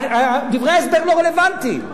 דברי ההסבר לא רלוונטיים.